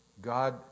God